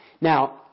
Now